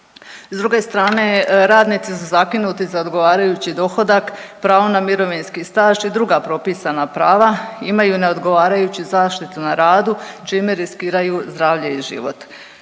S druge strane, radnici su zakinuti za odgovarajući dohodak, pravo na mirovinski staž i druga propisana prava, imaju neodgovarajuću zaštitu na radu, čime riskiraju zdravlje i život.